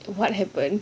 what happen